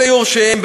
או ליורשיהם,